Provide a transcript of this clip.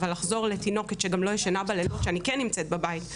אבל לחזור לתינוקת שגם לא ישנה בלילות כשאני כן נמצאת בבית,